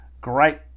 great